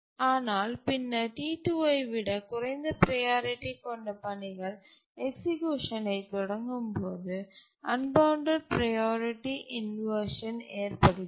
ஆனால் பின்னர் T2ஐ விட குறைந்த ப்ரையாரிட்டி கொண்ட பணிகள் எக்சீக்யூட்த் தொடங்கும் போது அன்பவுண்டட் ப்ரையாரிட்டி இன்வர்ஷன் ஏற்படுகிறது